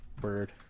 Bird